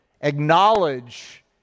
Acknowledge